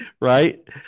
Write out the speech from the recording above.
Right